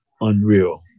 unreal